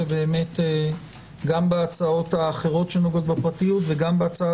גם בהצעות האחרות שנוגעות בפרטיות וגם בהצעה